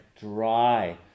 dry